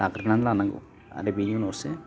लाग्रोनानै लानांगौ आरो बेनि उनावसो